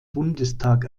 bundestag